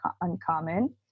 Uncommon